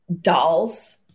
dolls